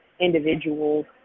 individuals